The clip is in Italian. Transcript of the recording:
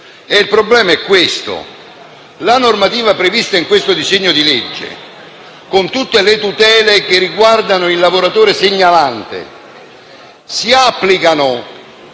un problema molto serio. La normativa prevista in questo disegno di legge, con tutte le tutele che riguardano il lavoratore segnalante, si applica